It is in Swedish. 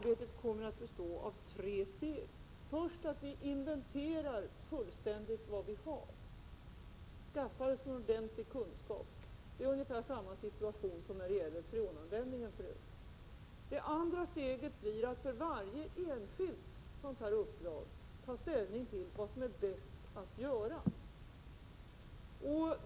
Det första steget är att vi fullständigt inventerar vad som finns och skaffar oss en ordentlig kunskap. Det är ungefär samma situation som tidigare när det gällde freonanvändningen. Det andra steget blir att för varje enskilt sådant upplag ta ställning till vad som är bäst att göra.